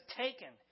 taken